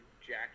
Jack